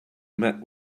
met